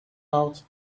out